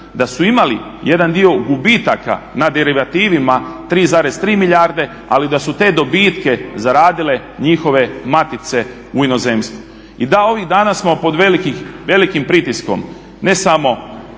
da su imali jedan dio gubitaka na derivativima 3,3 milijarde ali da su te dobitke zaradile njihove matice u inozemstvu. I da, ovih dana smo pod velikim pritiskom, ne samo